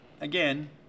again